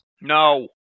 No